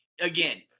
again